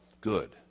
good